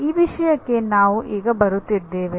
ಈ ವಿಷಯಕ್ಕೆ ನಾವು ಈಗ ಬರುತ್ತಿದ್ದೇವೆ